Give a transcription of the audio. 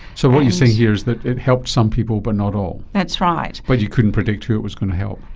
so what you're saying here is that it helped some people but not all. that's right. but you couldn't predict who it was going to help.